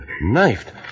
knifed